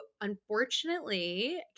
unfortunately